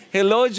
Hello